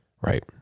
Right